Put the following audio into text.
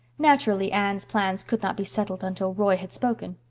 naturally anne's plans could not be settled until roy had spoken.